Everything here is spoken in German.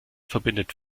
verbindet